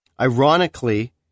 ironically